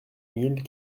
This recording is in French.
mille